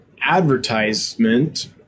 advertisement